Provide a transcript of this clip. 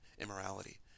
immorality